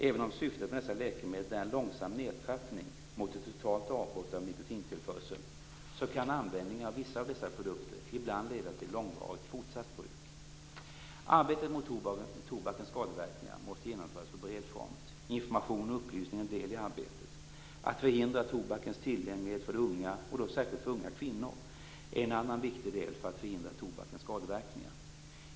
Även om syftet med dessa läkemedel är en långsam nedtrappning mot ett totalt avbrott av nikotintillförsel, så kan användningen av vissa av dessa produkter ibland leda till långvarigt fortsatt bruk. Arbetet mot tobakens skadeverkningar måste genomföras på bred front. Information och upplysning är en del i arbetet. Att förhindra tobakens tillgänglighet för de unga, och då särskilt för unga kvinnor, är en annan viktig del för att förhindra tobakens skadeverkningar.